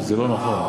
זה לא נכון.